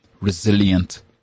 resilient